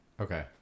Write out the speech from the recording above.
Okay